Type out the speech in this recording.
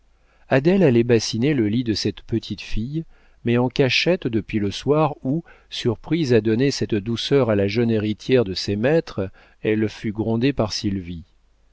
adèle allait bassiner le lit de cette petite fille mais en cachette depuis le soir où surprise à donner cette douceur à la jeune héritière de ses maîtres elle fut grondée par sylvie